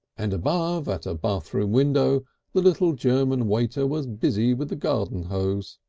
and above at a bathroom window the little german waiter was busy with the garden hose.